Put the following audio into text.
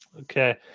Okay